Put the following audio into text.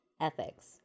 Ethics